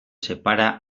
separa